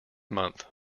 month